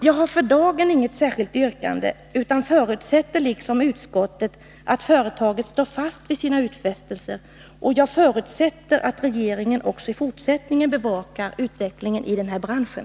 Jag har för dagen inte något särskilt yrkande utan förutsätter liksom utskottet att företaget står fast vid sina utfästelser. Och jag förutsätter att regeringen också i fortsättningen bevakar utvecklingen i den här branschen.